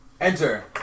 Enter